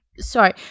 Sorry